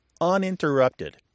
uninterrupted